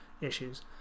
issues